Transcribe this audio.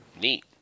Neat